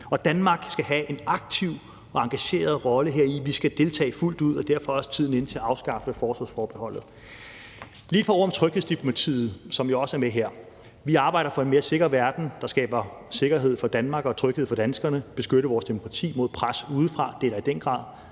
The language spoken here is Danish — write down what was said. Danmark skal have en aktiv og engageret rolle heri. Vi skal deltage fuldt ud, og derfor er tiden også inde til at afskaffe forsvarsforbeholdet. Så vil jeg lige sige et par ord om tryghedsdiplomatiet, som jo også er med her. Vi arbejder for en mere sikker verden, der giver sikkerhed for Danmark og tryghed for danskerne, og for at beskytte vores demokrati mod pres udefra. Det er der i den grad